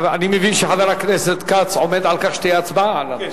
אני מבין שחבר הכנסת כץ עומד על כך שתהיה הצבעה על הנושא.